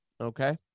okay